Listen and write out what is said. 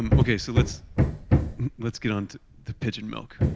and okay, so let's let's get onto the pigeon milk.